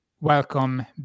welcome